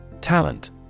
Talent